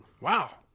wow